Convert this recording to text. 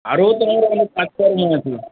আরও তোমার অনেক কাস্টমার আছে